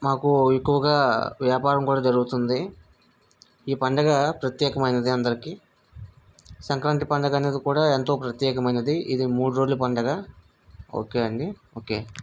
మాకు ఎక్కువగా వ్యాపారం కూడా జరుగుతుంది ఈ పండుగ ప్రత్యేకమైనది అందరికి సంక్రాంతి పండగ అనేది కూడా ఎంతో ప్రత్యేకమైనది ఇది మూడు రోజుల పండుగ ఓకే అండి ఓకే